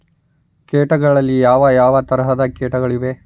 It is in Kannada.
ಕೇಟಗಳಲ್ಲಿ ಯಾವ ಯಾವ ತರಹದ ಕೇಟಗಳು ಇವೆ?